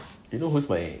you know who's my